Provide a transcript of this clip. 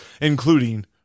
including